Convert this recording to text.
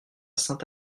saint